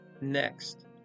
next